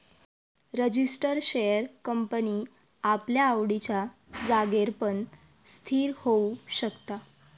register share company आपल्या आवडिच्या जागेर पण स्थिर होऊ शकता